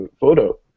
photo